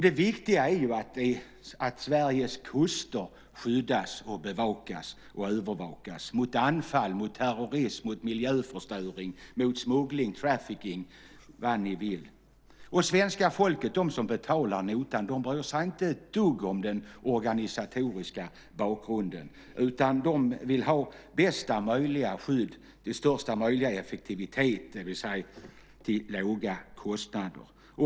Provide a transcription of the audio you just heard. Det viktiga är att Sveriges kuster skyddas, bevakas och övervakas mot anfall, terrorism, miljöförstöring, smuggling, trafficking och vad ni vill. Svenska folket, de som betalar notan, bryr sig inte ett dugg om den organisatoriska bakgrunden, utan de vill ha bästa möjliga skydd med största möjliga effektivitet, det vill säga till låga kostnader.